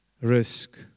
risk